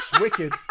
Wicked